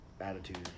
attitude